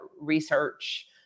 research